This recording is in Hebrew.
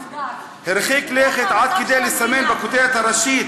ה"ביביתון" הרחיק לכת עד כדי לסמן בכותרת הראשית,